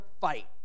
fight